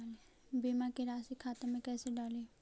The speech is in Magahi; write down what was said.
बीमा के रासी खाता में कैसे डाली?